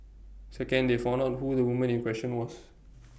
second they found out who the woman in question was